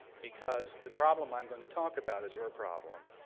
because the problem i'm going to talk about is your problem,